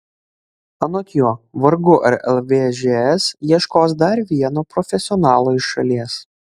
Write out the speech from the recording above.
anot jo vargu ar lvžs ieškos dar vieno profesionalo iš šalies